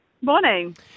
Morning